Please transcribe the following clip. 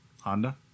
Honda